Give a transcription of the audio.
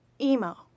emo